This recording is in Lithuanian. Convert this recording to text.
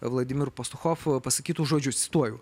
vladimir pastuchov pasakytus žodžius cituoju